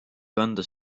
kanda